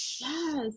Yes